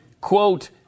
quote